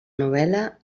novel·la